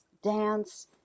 dance